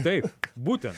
taip būtent